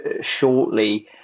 shortly